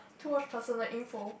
too much personal info